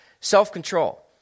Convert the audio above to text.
self-control